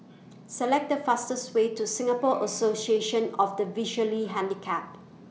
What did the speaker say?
Select The fastest Way to Singapore Association of The Visually Handicapped